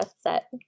set